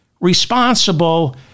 responsible